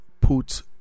put